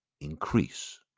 increase